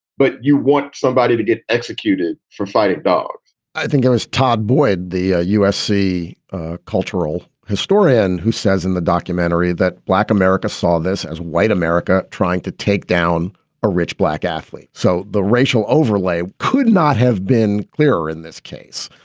but you want somebody to get executed for fighting dogs i think it was todd boyd, the ah usc cultural historian, who says in the documentary that black america saw this as white america trying to take down a rich black athlete. so the racial overlay could not have been clearer in this case.